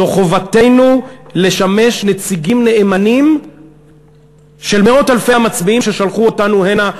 זו חובתנו לשמש נציגים נאמנים של מאות אלפי המצביעים ששלחו אותנו הנה,